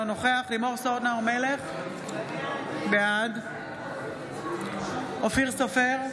אינו נוכח לימור סון הר מלך, בעד אופיר סופר,